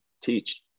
teach